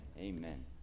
Amen